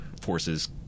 forces